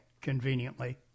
conveniently